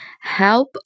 Help